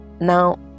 Now